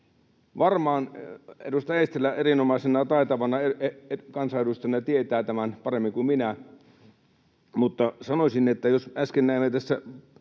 Varmaan edustaja Eestilä erinomaisena, taitavana kansanedustajana tietää tämän paremmin kuin minä, mutta sanoisin — jos äsken näimme tässä